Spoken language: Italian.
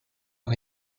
che